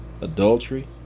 Adultery